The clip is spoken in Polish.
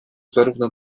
zarówno